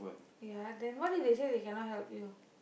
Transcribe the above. ya then what if they say they cannot help you